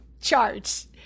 charts